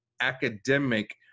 academic